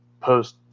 post